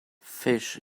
fish